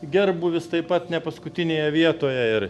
gerbūvis taip pat ne paskutinėje vietoje ir